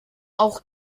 auch